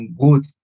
good